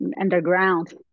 underground